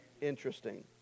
interesting